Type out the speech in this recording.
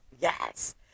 yes